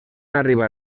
arribar